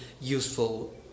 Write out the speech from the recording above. useful